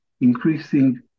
increasing